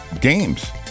games